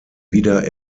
wieder